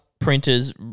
printers